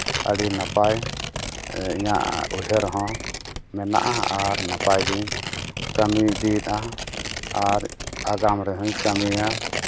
ᱟᱹᱰᱤ ᱱᱟᱯᱟᱭ ᱤᱧᱟᱹᱜ ᱩᱭᱦᱟᱹᱨ ᱦᱚᱸ ᱢᱮᱱᱟᱜᱼᱟ ᱟᱨ ᱱᱟᱯᱟᱭ ᱜᱤᱧ ᱠᱟᱹᱢᱤ ᱤᱫᱤᱭᱮᱫᱼᱟ ᱟᱨ ᱟᱜᱟᱢ ᱨᱮᱦᱚᱧ ᱠᱟᱹᱢᱤᱭᱟ